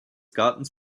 gartens